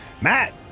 Matt